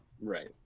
right